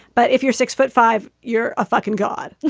but if you're six foot five, you're a fucking god.